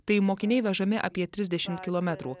tai mokiniai vežami apie trisdešimt kilometrų